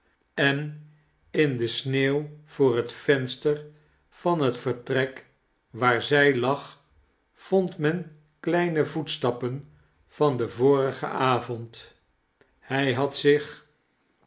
en in de sneeuw voor het venster van het vertrek waar zij lag vond men kleine voetstappen van deq vorigen avond hii had zich